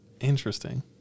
Interesting